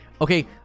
okay